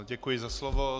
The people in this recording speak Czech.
Děkuji za slovo.